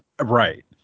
Right